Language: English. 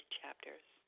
chapters